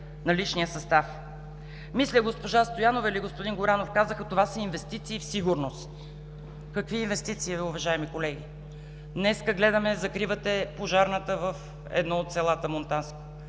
на личния състав. Мисля, госпожа Стоянова или господин Горанов, казаха: това са инвестиции в „сигурност“. Какви инвестиции, колеги? Днес, гледаме, закривате пожарната в едно от селата в Монтанско,